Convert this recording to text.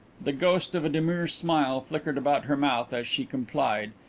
the ghost of a demure smile flickered about her mouth as she complied,